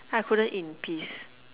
I couldn't eat in peace